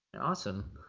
Awesome